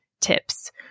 tips